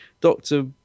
Doctor